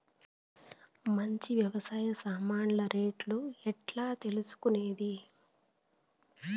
మంచి వ్యవసాయ సామాన్లు రేట్లు ఎట్లా తెలుసుకునేది?